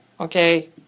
okay